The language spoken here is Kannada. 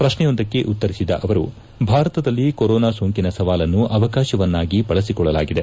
ಪ್ರಶ್ನೆಯೊಂದಕ್ಕೆ ಉತ್ತರಿಸಿದ ಅವರು ಭಾರತದಲ್ಲಿ ಕೊರೋನೋ ಸೋಂಕಿನ ಸವಾಲನ್ನು ಅವಕಾಶವನ್ನಾಗಿ ಬಳಸಿಕೊಳ್ಳಲಾಗಿದೆ